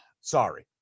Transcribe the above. Sorry